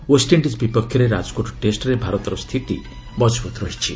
West Indies ବିପକ୍ଷରେ ରାଜ୍କୋଟ୍ ଟେଷ୍ଟରେ ଭାରତର ସ୍ଥିତି ମଟ୍ଟଭ୍ରତ ରହିଛି